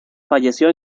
falleció